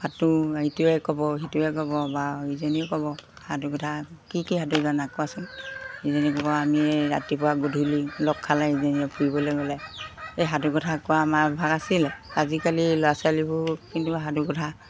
সাধু ইটোৱে ক'ব সিটোৱে ক'ব বা ইজনীয়েও ক'ব সাধুকথা কি কি সাধু জানা কোৱাচোন ইজনীয়ে ক'ব আমি এই ৰাতিপুৱা গধূলি লগ খালে ইজনীয়ে ফুৰিবলৈ গ'লে এই সাধু কথা কোৱা আমাৰ ভাগ আছিলে আজিকালি ল'ৰা ছোৱালীবোৰ কিন্তু সাধুকথা